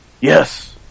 Yes